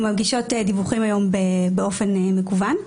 מגישות דיווחים היום באופן מקוון.